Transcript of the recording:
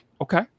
Okay